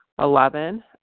Eleven